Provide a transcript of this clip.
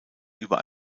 über